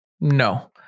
No